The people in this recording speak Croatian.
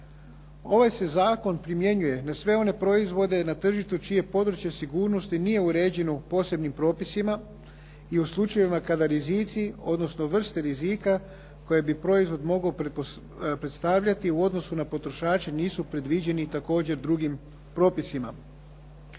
Ovaj se zakon primjenjuje na sve one proizvode na tržištu čije područje sigurnosti nije uređeno posebnim propisima i u slučajevima kada rizici odnosno vrste rizika koje bi proizvod mogao predstavljati u odnosu na potrošače nisu predviđeni također drugim propisima.